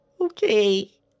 Okay